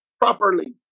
properly